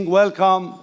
welcome